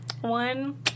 one